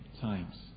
times